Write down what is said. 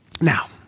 Now